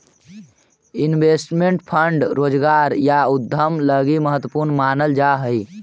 investment fund स्वरोजगार या उद्यम लगी महत्वपूर्ण मानल जा हई